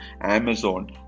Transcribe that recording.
Amazon